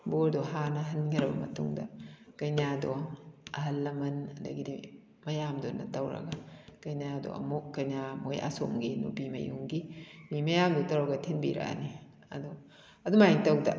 ꯕꯣꯔꯗꯨ ꯍꯥꯟꯅ ꯏꯟꯈ꯭ꯔꯕ ꯃꯇꯨꯡꯗ ꯀꯩꯅ꯭ꯌꯥꯗꯣ ꯑꯍꯜ ꯂꯃꯟ ꯑꯗꯒꯤꯗꯤ ꯃꯌꯥꯝꯗꯨꯅ ꯇꯧꯔꯒ ꯀꯩꯅ꯭ꯌꯥꯗꯣ ꯑꯃꯨꯛ ꯀꯩꯅ꯭ꯌꯥ ꯃꯣꯏ ꯑꯁꯣꯝꯒꯤ ꯅꯨꯄꯤ ꯃꯌꯨꯝꯒꯤ ꯃꯤ ꯃꯌꯥꯝꯗꯨ ꯇꯧꯔꯒ ꯊꯤꯟꯕꯤꯔꯛꯂꯅꯤ ꯑꯗꯣ ꯑꯗꯨꯃꯥꯏꯅ ꯇꯧꯗꯅ